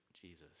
Jesus